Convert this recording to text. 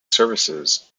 services